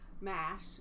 MASH